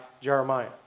Jeremiah